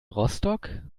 rostock